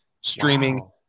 streaming